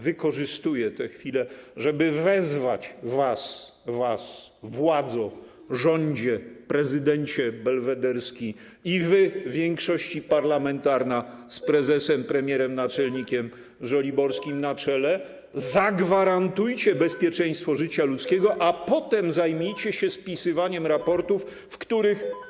Wykorzystuję te chwilę, żeby wezwać was, władzo, rządzie, prezydencie belwederski, i was, większości parlamentarna z prezesem, premierem i naczelnikiem żoliborskim na czele: zagwarantujcie bezpieczeństwo życia ludzkiego, a potem zajmijcie się spisywaniem raportów, w których.